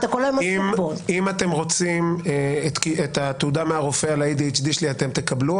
אם אתם רוצים את התעודה מהרופא על ה-ADHD שלי אתם תקבלו,